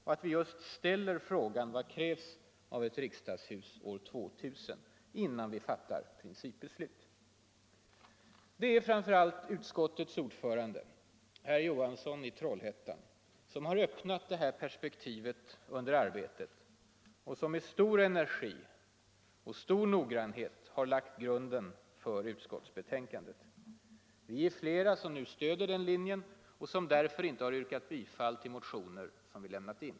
Därför ställer vi frågan ”Vad krävs av ett riksdagshus år 2000?” innan vi fattar principbeslut. Det är framför allt utskottets ordförande, herr Johansson i Trollhättan, som öppnat det här perspektivet under arbetet och som med stor energi och stor noggrannhet lagt grunden för utskottsbetänkandet. Vi är flera som nu stöder den linjen och som därför inte yrkat bifall till motioner som vi lämnat in.